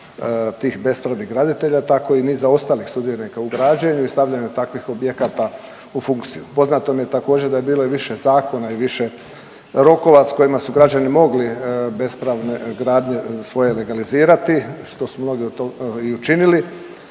tih bespravnih graditelja, tako i niza ostalih sudionika u građenju i stavljanju takvih objekata u funkciju. Poznato mi je također i da je bilo više zakona i više rokova s kojima su građani mogli bespravne gradnje svoje legalizirati, što su mnogi i učinili.